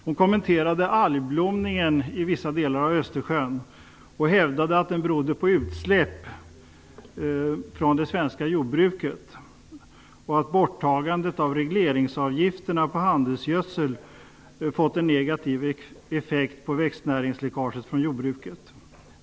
Hon kommenterade algblomningen i vissa delar av Östersjön och hävdade att den berodde på utsläpp från det svenska jordbruket och att borttagandet av regleringsavgifterna på handelsgödsel fått en negativ effekt på växtnäringsläckaget från jordbruket.